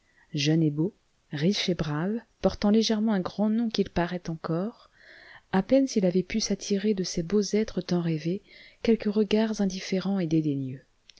jeune et beau riche et brave portant légèrement un grand nom qu'il parait encore à peine s'il avait pu s'attirer de ces beaux êtres tant rêvés quelques regards indifférents et